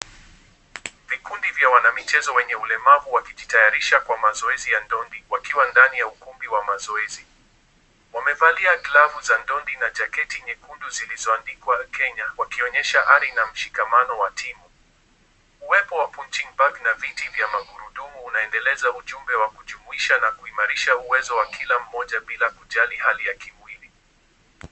Vikundi vya wanamichezo wenye ulemavu wakijitayarisha kwa mazoezi ya ndondi, wakiwa ndani ya ukumbi wa mazoezi. Wamevalia glavu za ndondi na jaketi nyekundu zilizoandikwa Kenya wakionyesha ari na mshikamano wa timu. Uwepo wa punching bag na viti vya magurudumu unaendeleza ujumbe wa kujumuisha na kuimarisha uwezo wa kila mmoja bila kujali hali ya kimwili.